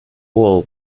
wall